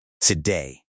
today